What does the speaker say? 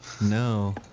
No